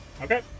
Okay